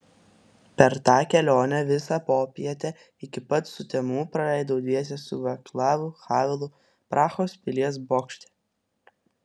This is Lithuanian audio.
per tą kelionę visą popietę iki pat sutemų praleidau dviese su vaclavu havelu prahos pilies bokšte